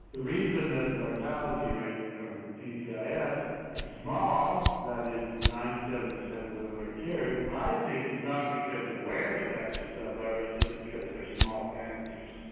the reason that the mortality rate from dcis yeah yeah is small, that is ninety seven percent of the women are cured, i think is not because of where the cancer cells are but just because they are small cancers.